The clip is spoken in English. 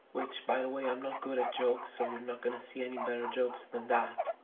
which, by the way, i'm not good at jokes, so you're not going to see any better jokes than that.